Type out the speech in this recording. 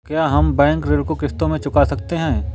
क्या हम बैंक ऋण को किश्तों में चुका सकते हैं?